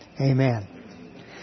Amen